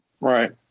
Right